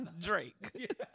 Drake